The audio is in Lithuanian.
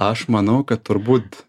aš manau kad turbūt